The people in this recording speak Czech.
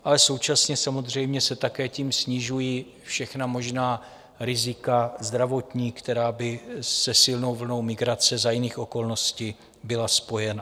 Ale současně samozřejmě se také tím snižují všechna možná rizika zdravotní, která by se silnou vlnou migrace za jiných okolností byla spojena.